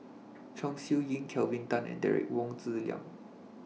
Chong Siew Ying Kelvin Tan and Derek Wong Zi Liang